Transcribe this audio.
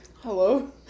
Hello